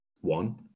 One